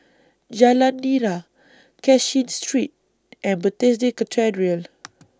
Jalan Nira Cashin Street and Bethesda Cathedral